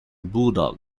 bulldog